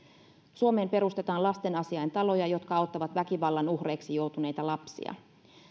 suomeen perustetaan lastenasiaintaloja jotka auttavat väkivallan uhreiksi joutuneita lapsia